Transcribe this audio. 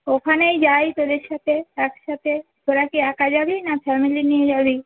ওখানেই যাই তোদের সাথে একসাথে তোরা কি একা যাবি না ফ্যামিলি নিয়ে যাবি